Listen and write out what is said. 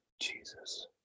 Jesus